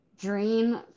dream